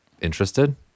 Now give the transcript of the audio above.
interested